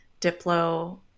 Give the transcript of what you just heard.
Diplo